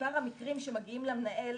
מספר המקרים שמגיעים למנהל,